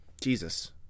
Jesus